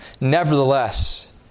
Nevertheless